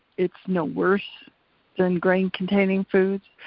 it's no worse than grain-containing foods,